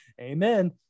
amen